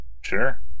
Sure